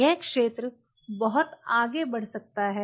यह क्षेत्र बहुत आगे बढ़ सकता है